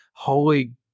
holy